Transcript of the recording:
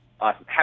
Awesome